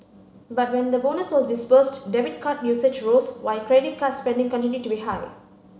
but when the bonus was disbursed debit card usage rose while credit card spending continued to be high